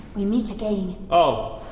we meet again! oh,